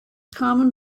common